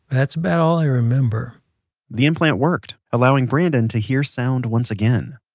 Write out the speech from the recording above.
that's about all i remember the implant worked, allowing brandon to hear sound once again.